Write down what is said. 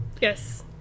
Yes